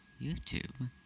YouTube